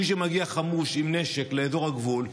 מי שמגיע חמוש בנשק לאזור הגבול,